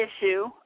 issue